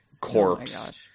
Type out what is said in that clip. corpse